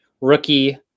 Rookie